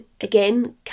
again